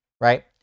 Right